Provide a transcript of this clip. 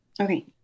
Okay